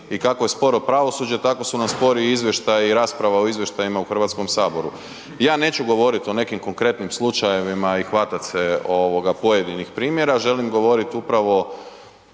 i kako je sporo pravosuđe tako su nam spori i izvještaji i rasprava o izvještajima u HS. Ja neću govorit o nekim konkretnim slučajevima i hvatat se ovoga pojedinih primjera, želim govorit upravo